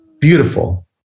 beautiful